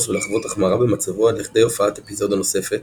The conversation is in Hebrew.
ולחוות החמרה במצבו עד לכדי הופעת אפיזודה נוספת,